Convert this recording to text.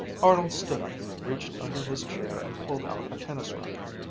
arnold stood up, reached under his chair, and pulled out a tennis racquet.